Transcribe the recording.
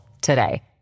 today